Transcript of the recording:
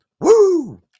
Woo